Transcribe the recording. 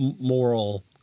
moral